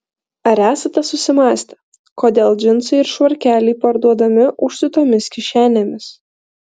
ar esate susimąstę kodėl džinsai ir švarkeliai parduodami užsiūtomis kišenėmis